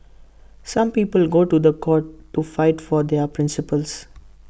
some people go to The Court to fight for their principles